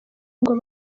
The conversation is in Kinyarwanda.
ngo